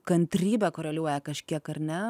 kantrybe koreliuoja kažkiek ar ne